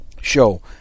show